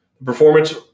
Performance